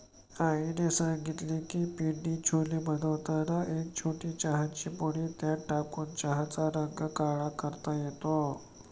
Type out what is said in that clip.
आईने सांगितले की पिंडी छोले बनवताना एक छोटी चहाची पुडी त्यात टाकून चण्याचा रंग काळा करता येतो